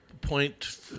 point